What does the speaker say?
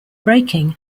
braking